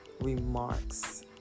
remarks